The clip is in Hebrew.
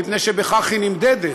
מפני שבכך היא נמדדת,